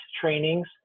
trainings